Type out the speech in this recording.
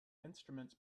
instruments